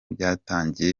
byatangiye